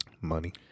Money